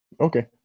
Okay